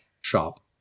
shop